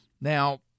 Now